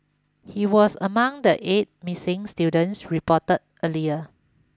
he was among the eight missing students reported earlier